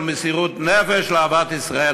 דרך של מסירות נפש לאהבת ישראל,